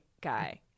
guy